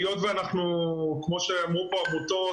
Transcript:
כמו שאמרו פה העמותות,